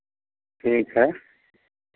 ठीक है